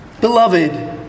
Beloved